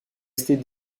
restée